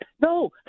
No